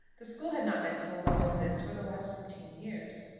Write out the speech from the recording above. the school had not been so low as this for the last fifteen years.